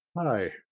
Hi